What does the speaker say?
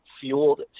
fueled